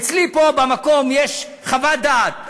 אצלי פה במקום יש חוות דעת,